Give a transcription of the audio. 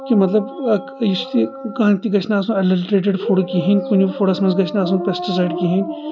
کہِ مطلب اکھ یُس تہِ کانٛہہ تہِ گژھنہٕ آسُن اڑلٹریٹڑ فوٚڑ کہیٖنۍ کُنہِ فوٚڈسمنٛز گژھنہٕ آسُن پیٚسٹ سایڈ کہیٖنۍ